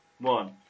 one